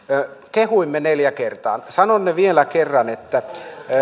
kehuimme neljä kertaa sanon ne vielä kerran